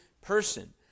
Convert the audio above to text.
person